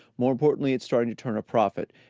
more importantly, it's starting to turn a profit,